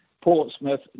Portsmouth